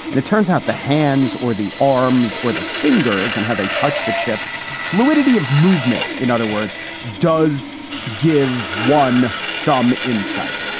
and it turns out the hands or the arms or the fingers and how they touch the chips. fluidity of movement. in other words, does give one some insight.